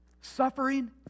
Suffering